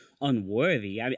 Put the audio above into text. unworthy